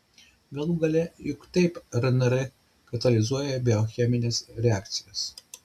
galų gale juk taip rnr katalizuoja biochemines reakcijas